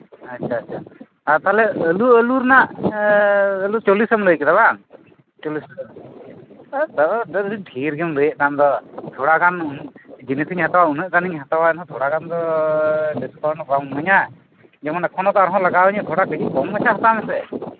ᱟᱪᱪᱷᱟ ᱟᱪᱪᱷᱟ ᱟᱨ ᱛᱟᱦᱞᱮ ᱟᱞᱩ ᱟᱞᱩ ᱨᱮᱱᱟᱜ ᱮᱻᱻᱻ ᱟᱞᱩ ᱪᱚᱞᱞᱤᱥᱮᱢ ᱞᱟᱹᱭ ᱠᱮᱫᱟ ᱵᱟᱝ ᱪᱚᱞᱤᱥ ᱫᱟᱫᱟ ᱚᱱᱟ ᱫᱚ ᱰᱷᱮᱨ ᱜᱮᱢ ᱞᱟᱹᱭᱮᱫ ᱠᱟᱱ ᱫᱚ ᱛᱷᱚᱲᱟ ᱜᱟᱱ ᱡᱤᱱᱤᱥᱤᱧ ᱦᱟᱛᱟᱣᱟ ᱩᱱᱟᱹᱜ ᱜᱟᱱ ᱡᱤᱱᱤᱥ ᱤᱧ ᱦᱟᱛᱟᱣᱟ ᱮᱱᱦᱚᱸ ᱛᱷᱚᱲᱟ ᱜᱟᱱ ᱫᱚ ᱠᱚᱱᱥᱮᱥᱚᱱ ᱵᱟᱢ ᱤᱢᱟᱹᱧᱟ ᱡᱮᱢᱚᱱ ᱮᱠᱷᱚᱱᱚᱛᱚ ᱟᱨ ᱦᱚᱸ ᱞᱟᱜᱟᱣ ᱟᱹᱧᱟ ᱛᱷᱚᱲᱟ ᱠᱚᱢ ᱢᱟᱪᱷᱟ ᱦᱟᱛᱟᱣ ᱢᱮᱥᱮ